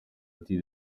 ati